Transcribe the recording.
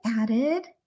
added